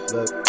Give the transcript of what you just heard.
Look